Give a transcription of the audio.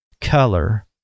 color